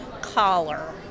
collar